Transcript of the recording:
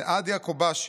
סעדיה כובאשי,